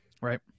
right